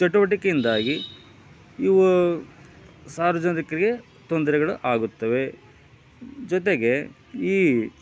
ಚಟುವಟಿಕೆಯಿಂದಾಗಿ ಇವು ಸಾರ್ವಜನಿಕರಿಗೆ ತೊಂದರೆಗಳು ಆಗುತ್ತವೆ ಜೊತೆಗೆ ಈ